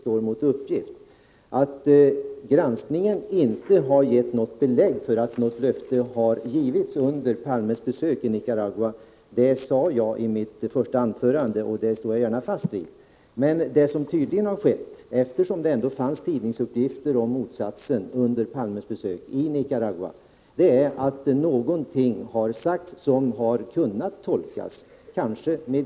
Jag sade i mitt första anförande att granskningen inte har gett något belägg för att något löfte har givits under Palmes besök i Nicaragua, och jag står gärna fast vid detta uttalande. Men vad som tydligen har skett — eftersom det ändå fanns tidningsuppgifter om motsatsen under Palmes besök i Nicaragua — är att någonting har sagts som kan tolkas så, att en kredit skulle ges.